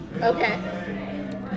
okay